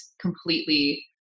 completely